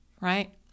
right